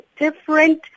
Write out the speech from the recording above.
different